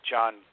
John